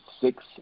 six